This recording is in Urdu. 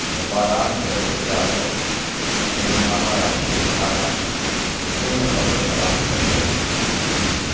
اخبارات جیسے سیاست روزنامہ راشٹری سہارا اردو میں خبریں فراہم کرتے ہیں